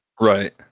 Right